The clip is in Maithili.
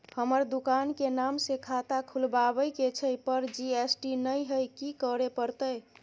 हमर दुकान के नाम से खाता खुलवाबै के छै पर जी.एस.टी नय हय कि करे परतै?